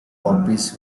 copies